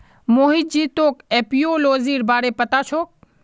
मोहित जी तोक एपियोलॉजीर बारे पता छोक